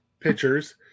pitchers